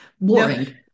boring